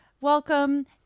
Welcome